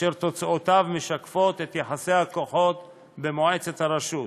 אשר תוצאותיו משקפות את יחסי הכוחות במועצת הרשות.